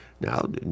Now